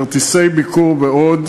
כרטיסי ביקור ועוד,